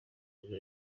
myiza